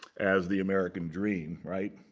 as the american dream, right?